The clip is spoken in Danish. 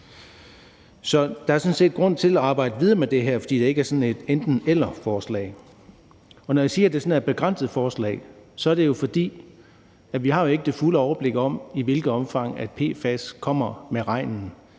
set grund til at arbejde videre med det her, fordi det ikke er sådan et enten-eller-forslag. Og når jeg siger, at det er et begrænset forslag, er det jo, fordi vi ikke har det fulde overblik over, i hvilket omfang PFAS kommer med regnen,